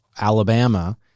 Alabama